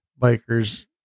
biker's